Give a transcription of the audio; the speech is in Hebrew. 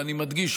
ואני מדגיש,